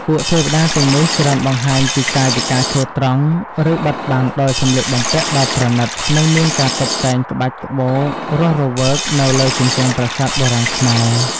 ពួកទេវតាទាំងនេះច្រើនបង្ហាញពីកាយវិការឈរត្រង់ ឬបិទបាំងដោយសម្លៀកបំពាក់ដ៏ប្រណីត និងមានការតុបតែងក្បាច់ក្បូររស់រវើកនៅលើជញ្ជាំងប្រាសាទបុរាណខ្មែរ។